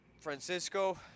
Francisco